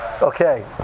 Okay